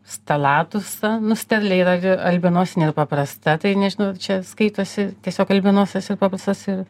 stalatusą nu sterlė yra v albinosinė paprasta tai nežinau čia skaitosi tiesiog albinosas ir paprastas ir